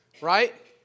right